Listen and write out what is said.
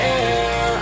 air